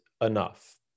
enough